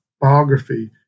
biography